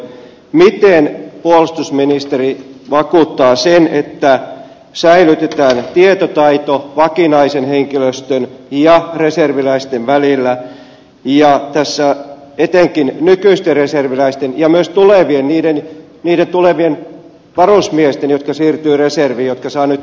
miten puolustusministeri vakuuttaa sen että säilytetään tietotaito vakinaisen henkilöstön ja reserviläisten välillä etenkin nykyisten reserviläisten ja myös tulevien niiden tulevien varusmiesten jotka siirtyvät reserviin ja jotka saavat nyt lyhyemmän koulutuksen